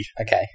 Okay